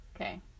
Okay